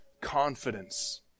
confidence